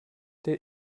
der